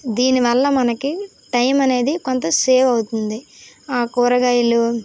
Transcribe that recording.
దీని వల్ల మనకి టైం అనేది కొంత సేవ్ అవుతుంది ఆ కూరగాయలు